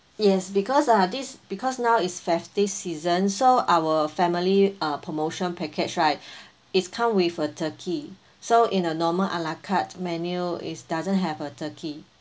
yes because uh this because now is festive season so our family uh promotion package right is come with a turkey so in a normal a la carte menu is doesn't have a turkey